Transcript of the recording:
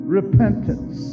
repentance